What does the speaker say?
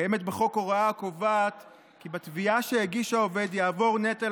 קיימת בחוק הוראה הקובעת כי בתביעה שהגיש העובד יעבור נטל